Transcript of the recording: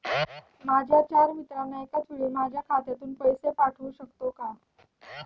माझ्या चार मित्रांना एकाचवेळी माझ्या खात्यातून पैसे पाठवू शकतो का?